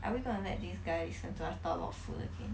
are we going to let this guy listen to our talk about sugarcane